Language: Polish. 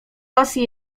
rosji